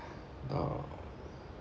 uh